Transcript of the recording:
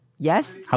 Yes